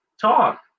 talk